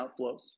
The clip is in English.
outflows